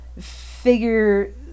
figure